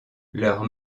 leurs